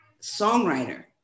songwriter